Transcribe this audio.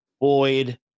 Boyd